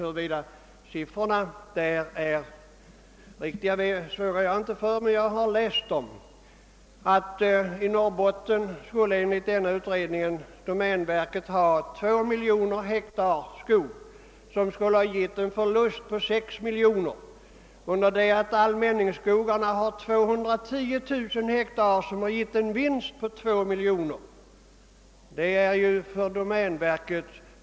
Om de siffror som där redovisas är riktiga kan jag inte svara för. Enligt denna utredning skulle domänverket emellertid i Norrbotten ha 2 miljoner hektar skog, som gett en förlust på 6 miljoner kronor, under det att allmänningsskogarna omfattar 210000 hektar som gett en vinst på 2 miljoner kronor.